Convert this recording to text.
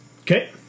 Okay